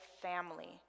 family